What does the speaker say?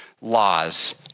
laws